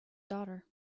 daughter